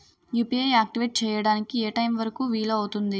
UPI activate చెయ్యడానికి ఏ time వరుకు వీలు అవుతుంది?